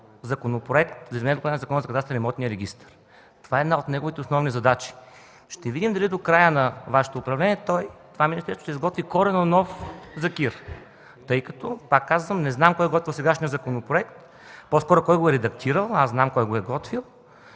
Законопроект за изменение и допълнение на Закона за кадастъра и имотния регистър. Това е една от неговите основни задачи. Ще видим дали до края на Вашето управление това министерство ще изготви коренно нов Закон за кадастъра и имотния регистър. Тъй като, пак казвам, не знам кой е готвил сегашния законопроект, по-скоро кой го е редактирал, аз знам кой го е готвил,